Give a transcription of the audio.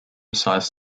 sized